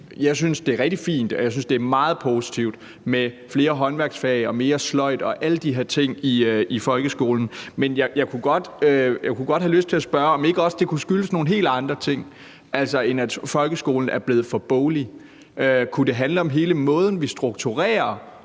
jeg synes, det er meget positivt med flere håndværksfag, mere sløjd og alle de her ting i folkeskolen, men jeg kunne godt have lyst til at spørge, om ikke også det kunne skyldes nogle helt andre ting, altså end at folkeskolen er blevet for boglig. Kunne det handle om hele måden, vi strukturerer